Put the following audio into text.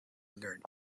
learned